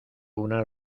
una